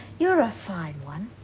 you're a fine one.